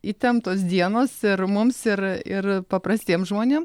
įtemptos dienos ir mums ir ir paprastiem žmonėm